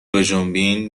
بجنبین